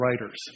writers